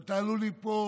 ואתה עלול ליפול.